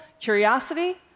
curiosity